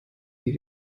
sie